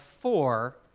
four